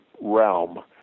realm